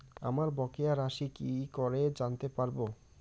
আমার বকেয়া রাশি কি করে জানতে পারবো?